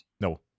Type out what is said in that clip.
No